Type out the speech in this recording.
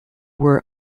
were